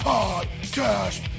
Podcast